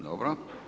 Dobro.